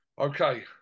Okay